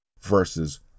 versus